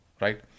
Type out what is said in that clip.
right